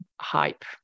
hype